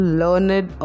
learned